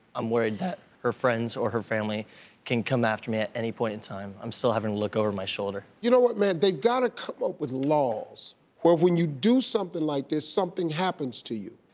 i'm worried that her friends or her family can come after me at any point of time. i'm still having to look over my shoulder. you know what man, they got to come up with laws where when you do something like this, something happens to you.